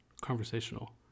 conversational